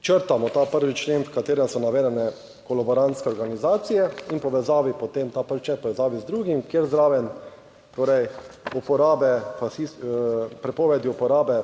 črtamo ta 1. člen, v katerem so navedene kolaborantske organizacije in v povezavi potem ta, prvič, v povezavi z drugim, kjer zraven, torej prepovedi uporabe